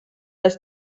ist